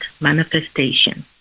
manifestation